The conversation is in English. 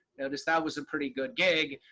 notice that was a pretty good gig.